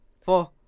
four